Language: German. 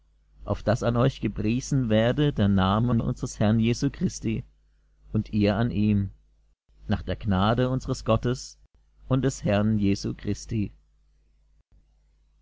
auf daß an euch gepriesen werde der namen unsers herrn jesu christi und ihr an ihm nach der gnade unsres gottes und des herrn jesu christi